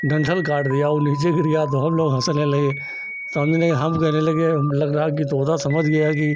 डंठल काट दिया वह नीचे गिर गया तो हम लोग हँसने लगे तो हमने कहा हम कहने लगे लग रहा है तोता समझ गया है